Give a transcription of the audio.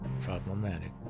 problematic